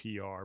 pr